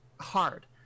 hard